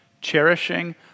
cherishing